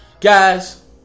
Guys